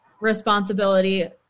responsibility